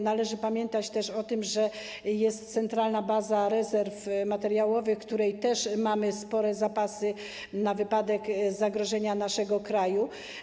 Należy pamiętać też o tym, że jest centralna baza rezerw materiałowych, w której też mamy spore zapasy na wypadek zagrożenia naszego kraju.